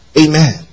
Amen